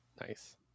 nice